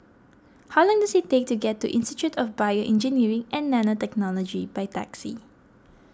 how long does it take to get to Institute of BioEngineering and Nanotechnology by taxi